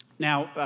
now,